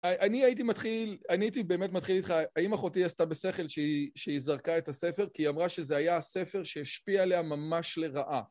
אני הייתי מתחיל, אני הייתי באמת מתחיל איתך, האם אחותי עשתה בשכל שהיא זרקה את הספר? כי היא אמרה שזה היה ספר שהשפיע עליה ממש לרעה.